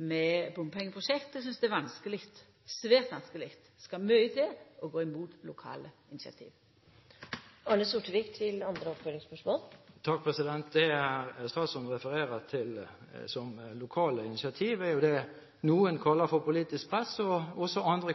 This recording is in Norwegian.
for bompengeprosjekt. Eg synest det er vanskeleg, svært vanskeleg – det skal mykje til – å gå imot lokale initiativ. Det statsråden refererer til som lokale initiativ, er det noen kaller for politisk press, og som andre